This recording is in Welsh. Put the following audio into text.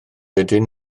ydyn